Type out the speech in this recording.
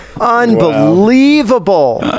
Unbelievable